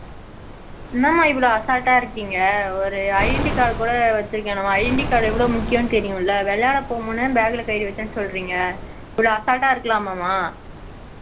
என்னமா இவ்வளோ அசால்ட்டாக இருக்கீங்க ஒரு ஐடென்டி கார்டு கூட வச்சுருக்க ஐடென்டி கார்டு எவ்ளோ முக்கியன்னு தெரியுமில வெளாடு போகும் போதெலாம் பேக்கில் கையில் வைச்சேன்னு சொல்கிறிங்க இவ்வளோ அசால்ட்டாக இருக்கலாமா மா